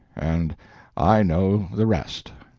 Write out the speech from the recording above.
and i know the rest.